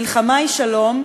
מלחמה היא שלום,